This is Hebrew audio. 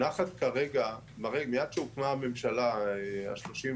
מייד כשהוקמה הממשלה ה-36,